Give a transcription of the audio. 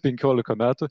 penkiolika metų